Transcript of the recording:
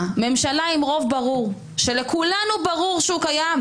ממשלה עם רוב ברור שלכולנו ברור שהוא קיים,